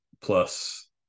plus